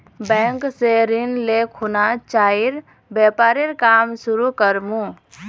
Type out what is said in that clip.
bank स ऋण ले खुना चाइर व्यापारेर काम शुरू कर मु